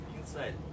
inside